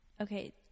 Okay